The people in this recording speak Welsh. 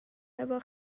efo